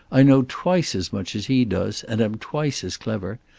i know twice as much as he does, and am twice as clever,